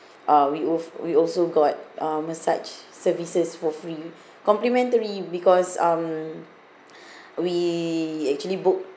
uh we al~ we also got uh massage services for free complimentary because um we actually book